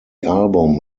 album